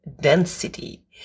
density